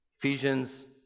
Ephesians